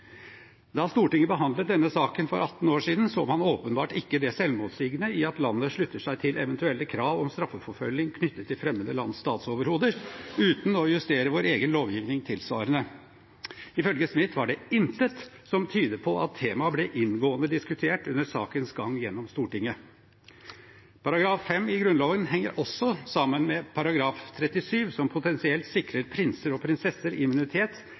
Da Stortinget behandlet denne saken for 18 år siden, så man åpenbart ikke det selvmotsigende i at landet slutter seg til eventuelle krav om straffeforfølgning knyttet til fremmede lands statsoverhoder uten å justere vår egen lovgivning tilsvarende. Ifølge Smith var det intet som tydet på at temaet ble inngående diskutert under sakens gang gjennom Stortinget. Paragraf 5 i Grunnloven henger også sammen med § 37, som potensielt sikrer prinser og prinsesser immunitet, i